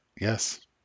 Yes